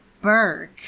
Burke